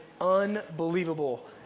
unbelievable